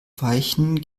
weichen